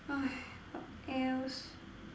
what else